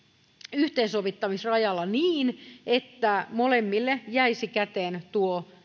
yhteensovittamisrajalla niin että molemmille jäisi käteen tuo